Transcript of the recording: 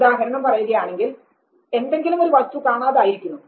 ഉദാഹരണം പറയുകയാണെങ്കിൽ എന്തെങ്കിലും ഒരു വസ്തു കാണാതായിരിക്കുന്നു